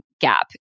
gap